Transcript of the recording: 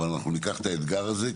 אבל אנחנו ניקח את האתגר הזה.